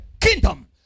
kingdom